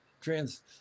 trans